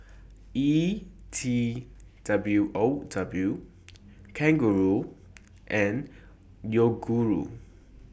E T W O W Kangaroo and Yoguru